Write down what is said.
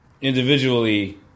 individually